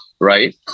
right